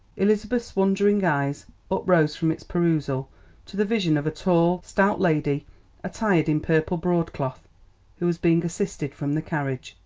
elizabeth's wondering eyes uprose from its perusal to the vision of a tall, stout lady attired in purple broadcloth who was being assisted from the carriage.